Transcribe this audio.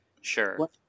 Sure